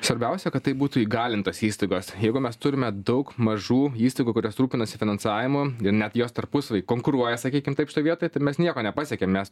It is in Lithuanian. svarbiausia kad tai būtų įgalintos įstaigos jeigu mes turime daug mažų įstaigų kurios rūpinasi finansavimu ir net jos tarpusavy konkuruoja sakykim taip šitoj vietoj tai mes nieko nepasiekiam mes